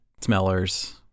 smellers